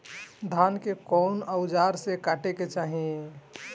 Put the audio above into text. धान के कउन औजार से काटे के चाही?